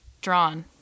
drawn